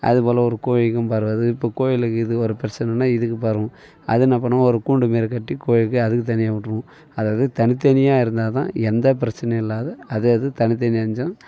அதுபோல் ஒரு கோழிக்கும் பரவாது இப்போ கோழியிலருக்குது ஒரு பிரச்சனைன்னா இதுக்கு பரவும் அது என்ன பண்ணணும் ஒரு கூண்டு மாரி கட்டி கோழிக்கு அதுக்கு தனியா விட்டுருவோம் அது அதுக்கு தனித்தனியாக இருந்தால் தான் எந்த பிரச்சனையும் இல்லாதம அது அது தனித்தனியாக இருந்துச்சுனா